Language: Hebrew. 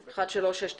מ/1369.